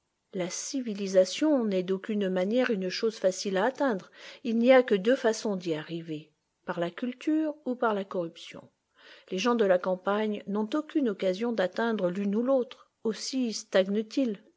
la civilisation n'est d'aucune manière une chose facile à atteindre il n'y a que deux façons d'y arriver par la culture ou par la corruption les gens de la campagne n'ont aucune occasion d'atteindre l'une ou l'autre aussi